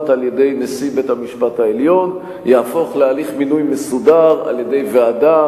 על-ידי נשיא בית-המשפט העליון יהפוך להליך מינוי מסודר על-ידי ועדה,